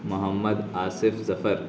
محمد Asif ظفر